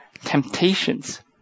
Temptations